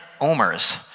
omers